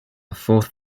fourth